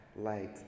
light